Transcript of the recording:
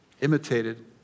imitated